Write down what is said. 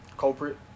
culprit